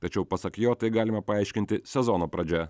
tačiau pasak jo tai galima paaiškinti sezono pradžia